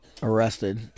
Arrested